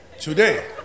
Today